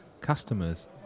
customers